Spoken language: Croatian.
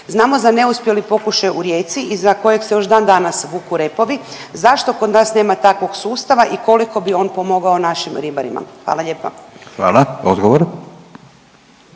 Znamo za neuspjeli pokušaj u Rijeci iza kojeg se još dandanas vuku repovi, zašto kod nas nema takvog sustava i koliko bi on pomogao našim ribarima? Hvala lijepa. **Radin,